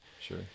Sure